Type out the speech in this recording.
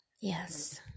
Yes